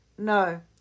No